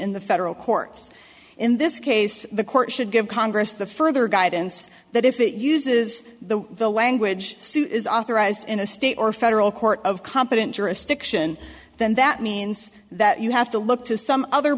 in the federal courts in this case the court should give congress the further guidance that if it uses the the language is authorized in a state or federal court of competent jurisdiction then that means that you have to look to some other